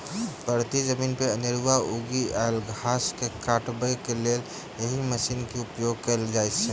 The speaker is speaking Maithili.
परती जमीन पर अनेरूआ उगि आयल घास के काटबाक लेल एहि मशीनक उपयोग कयल जाइत छै